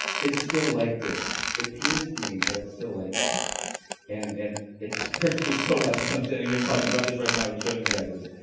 it's still like this. it pains me but it's still like this and and and it hurts me so much as i'm standing here talking about this right now and showing you guys this,